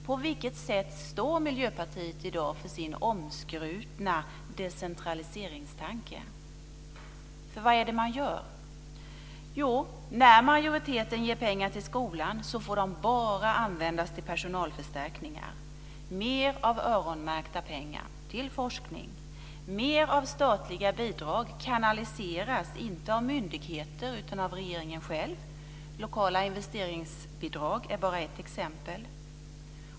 På vilket sätt står Miljöpartiet i dag för sin omskrutna decentraliseringstanke? Vad är det man gör? Jo, när man majoriteten ger pengar till skolan får de bara användas till personalförstärkningar. Mer av öronmärkta pengar till forskning. Mer av statliga bidrag kanaliseras inte av myndigheter utan av regeringen själv. Lokala investeringsbidrag är bara ett exempel.